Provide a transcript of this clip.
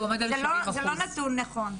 זה לא נתון נכון.